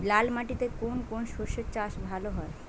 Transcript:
লাল মাটিতে কোন কোন শস্যের চাষ ভালো হয়?